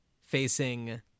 facing